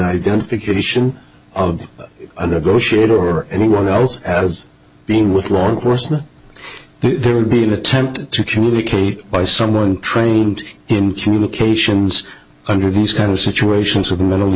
identification of other go should or anyone else as being with law enforcement there would be an attempt to communicate by someone trained in communications under these kind of situations with a mentally